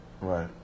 Right